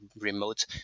remote